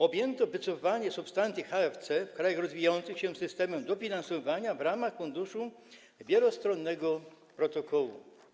Objęto wycofywanie substancji HFC w krajach rozwijających się systemem dofinansowywania w ramach Funduszu Wielostronnego protokołu.